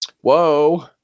Whoa